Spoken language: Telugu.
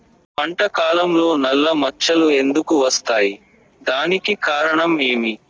పంట కాలంలో నల్ల మచ్చలు ఎందుకు వస్తాయి? దానికి కారణం ఏమి?